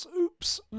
Oops